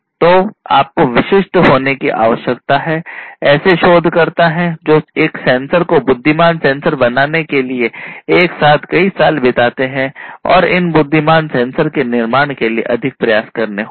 तो आपको विशिष्ट होने की आवश्यकता है ऐसे शोधकर्ता हैं जो एक सेंसर को बुद्धिमान सेंसर बनाने के लिए एक साथ कई साल बिताते हैं इन बुद्धिमान सेंसर के निर्माण के लिए अधिक प्रयास करने होंगे